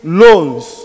loans